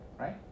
right